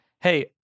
Hey